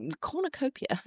cornucopia